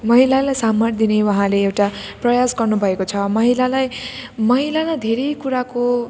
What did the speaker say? महिलालाई सम्मान दिने उहाँले एउटा प्रयास गर्नुभएको छ महिलालाई महिलालाई धेरै कुराको